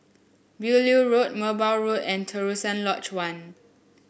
Beaulieu Road Merbau Road and Terusan Lodge One